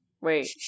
Wait